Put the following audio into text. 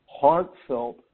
heartfelt